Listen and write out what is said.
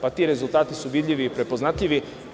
Pa, ti rezultati su vidljivi i prepoznatljivi.